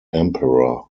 emperor